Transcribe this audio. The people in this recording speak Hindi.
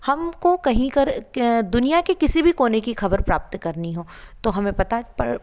हम को कहीं कर क दुनिया के किसी भी कोने की खबर प्राप्त करनी हो तो हमें पता पर